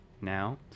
now